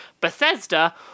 Bethesda